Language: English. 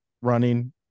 running